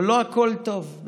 אבל לא הכול טוב.